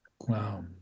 wow